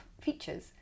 features